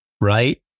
right